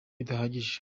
bidahagije